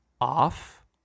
off